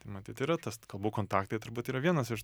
tai matyt yra tas kalbų kontaktai turbūt yra vienas iš